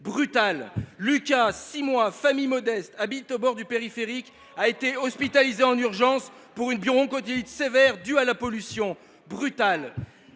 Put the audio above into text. brutal ! Lucas, 6 mois, issu d’une famille modeste habitant au bord du périphérique, a été hospitalisé en urgence pour une bronchiolite sévère due à la pollution : brutal !